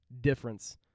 difference